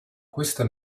questa